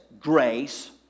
grace